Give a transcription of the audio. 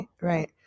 right